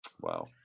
Wow